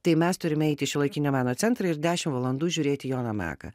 tai mes turim eit į šiuolaikinio meno centrą ir dešim valandų žiūrėti joną meką